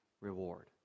reward